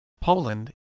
Poland